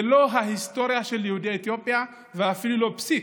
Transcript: זה לא ההיסטוריה של יהודי אתיופיה ואפילו לא פסיק.